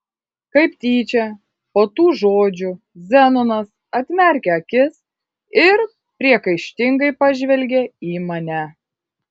kaip tyčia po tų žodžių zenonas atmerkė akis ir priekaištingai pažvelgė į mane